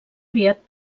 aviat